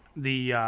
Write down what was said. the,